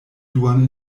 duan